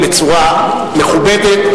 בצורה מכובדת,